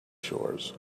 shores